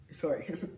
sorry